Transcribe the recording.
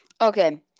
Okay